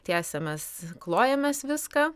tiesiamės klojamės viską